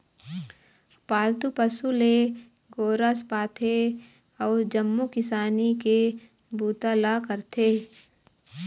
पालतू पशु ले गोरस पाथे अउ जम्मो किसानी के बूता ल करथे